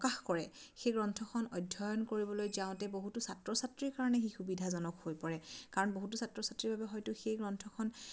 প্ৰকাশ কৰে সেই গ্ৰন্থখন অধ্যয়ন কৰিবলৈ যাওঁতে বহুতো ছাত্ৰ ছাত্ৰীৰ কাৰণে সি সুবিধাজনক হৈ পৰে কাৰণ বহুতো ছাত্ৰ ছাত্ৰীৰ বাবে হয়তো সেই গ্ৰন্থখন